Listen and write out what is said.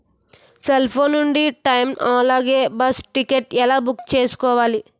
Cell phone నుండి train అలాగే bus ticket ఎలా బుక్ చేసుకోవాలి?